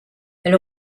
elle